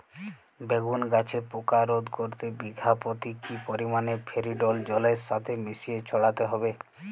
বেগুন গাছে পোকা রোধ করতে বিঘা পতি কি পরিমাণে ফেরিডোল জলের সাথে মিশিয়ে ছড়াতে হবে?